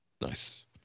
Nice